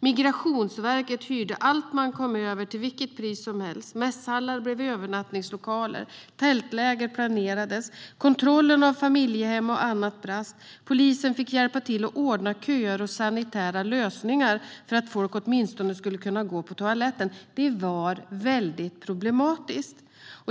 Migrationsverket hyrde allt man kom över till vilket pris som helst. Mässhallar blev övernattningslokaler, tältläger planerades, kontrollen av familjehem och annat brast och polisen fick hjälpa till att ordna köer och sanitära lösningar för att folk åtminstone skulle kunna gå på toaletten. Det var mycket problematiskt.